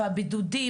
והבידודים,